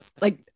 like-